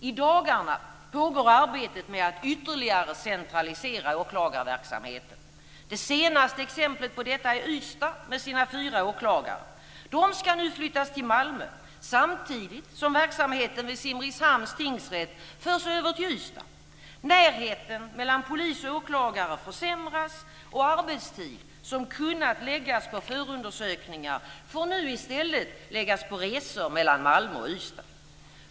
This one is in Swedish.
I dagarna pågår arbetet med att ytterligare centralisera åklagarverksamheten. Det senaste exemplet på detta är Ystad med sina fyra åklagare. De ska nu flyttas till Malmö, samtidigt som verksamheten vid Simrishamns tingsrätt förs över till Ystad. Närheten mellan polis och åklagare försämras, och arbetstid som kunnat läggas på förundersökningar får nu i stället läggas på resor mellan Malmö och Ystad.